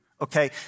okay